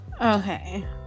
Okay